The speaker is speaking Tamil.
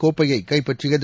கோப்பையை கைப்பற்றியது